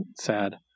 sad